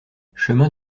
chemin